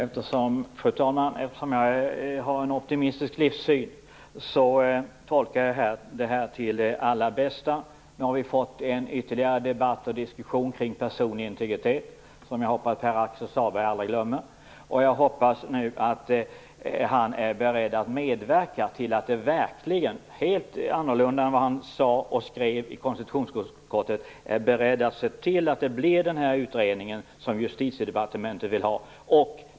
Fru talman! Eftersom jag har en optimistisk livssyn tolkar jag det här på bästa sätt. Nu har vi fått ytterligare en debatt och diskussion kring personlig integritet som jag hoppas att Pär-Axel Sahlberg aldrig skall glömma. Jag hoppas nu att han är beredd att medverka till att det verkligen blir den utredning som Justitiedepartementet vill ha. Det är något helt annat än vad han sade och skrev i konstitutionsutskottet.